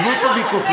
עזבו את הוויכוחים.